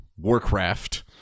Warcraft